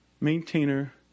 maintainer